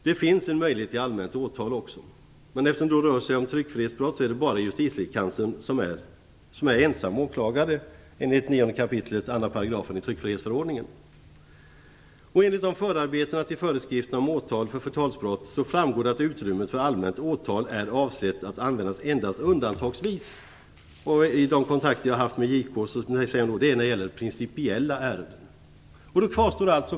Det finns en möjlighet till allmänt åtal också, men eftersom det rör sig om tryckfrihetsbrott är det bara Justitiekanslern som är ensam åklagare enligt 9 kap. 2 § i tryckfrihetsförordningen. Enligt förarbetena till föreskrifterna om åtal för förtalsbrott framgår det att utrymmet för allmänt åtal är avsett att användas endast undantagsvis. I de kontakter jag haft med JK säger man att det är när det gäller principiella ärenden.